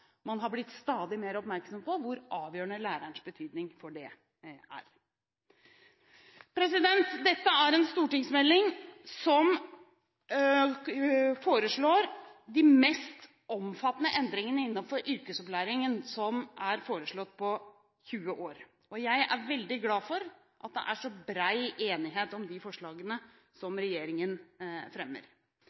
man har blitt stadig mer oppmerksom på hvor avgjørende lærerens betydning for det er. Dette er en stortingsmelding som foreslår de mest omfattende endringene innenfor yrkesopplæringen som er foreslått på 20 år. Jeg er veldig glad for at det er så bred enighet om de forslagene som regjeringen fremmer.